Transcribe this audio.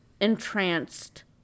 entranced